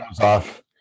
off